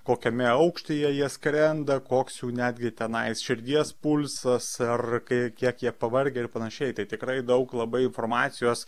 kokiame aukštyje jie skrenda koks jų netgi tenai širdies pulsas ar kai kiek jie pavargę ir panašiai tai tikrai daug labai informacijos